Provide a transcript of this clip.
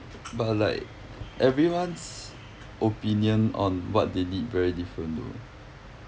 but like everyone's opinion on what they need very different though